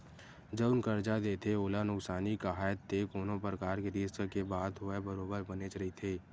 जउन करजा देथे ओला नुकसानी काहय ते कोनो परकार के रिस्क के बात होवय बरोबर बनेच रहिथे